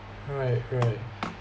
right right